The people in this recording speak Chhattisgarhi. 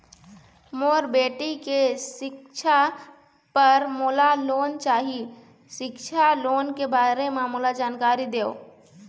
मोर बेटी के सिक्छा पर मोला लोन चाही सिक्छा लोन के बारे म मोला जानकारी देव?